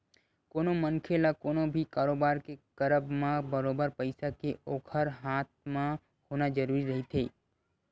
कोनो मनखे ल कोनो भी कारोबार के करब म बरोबर पइसा के ओखर हाथ म होना जरुरी रहिथे